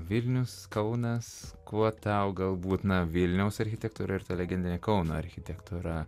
vilnius kaunas kuo tau galbūt na vilniaus architektūra ir ta legendinė kauno architektūra